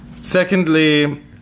Secondly